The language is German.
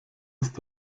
ist